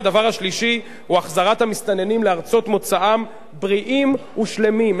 הדבר השלישי הוא החזרת המסתננים לארצות מוצאם בריאים ושלמים.